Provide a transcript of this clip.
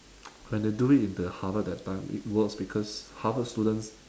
when they do it in the harvard that time it works because harvard students